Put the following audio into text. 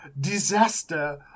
disaster